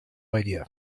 idea